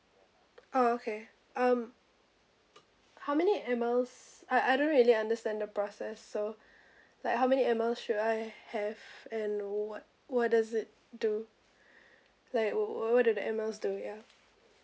orh okay um how many air miles I I don't really understand the process so like how many air mile should I have and what what does it do like what do the air miles do ya